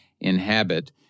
inhabit